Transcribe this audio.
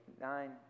nine